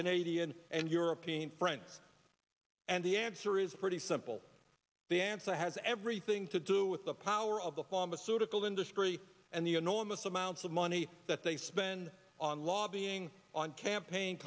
canadian and european friends and the answer is pretty simple the answer has everything to do with the power of the pharmaceutical industry and the enormous amounts of money that they spend on law being on campaign